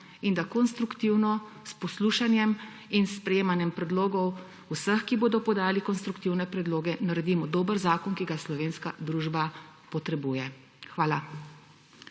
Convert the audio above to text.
in da konstruktivno s poslušanjem in s sprejemanjem predlogov vseh, ki bodo podali konstruktivne predloge, naredimo dober zakon, ki ga slovenska družba potrebuje. Hvala.